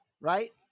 right